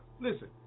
listen